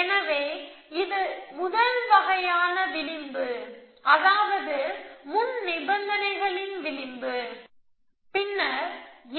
எனவே இது முதல் வகையான விளிம்பு அதாவது முன் நிபந்தனைகளின் விளிம்பு பின்னர்